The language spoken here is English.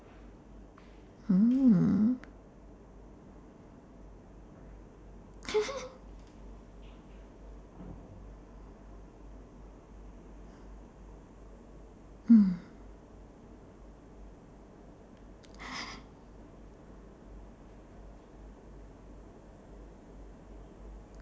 hmm mm